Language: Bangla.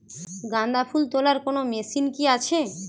গাঁদাফুল তোলার কোন মেশিন কি আছে?